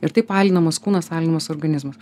ir taip alinamas kūnas alinamas organizmas